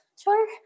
sure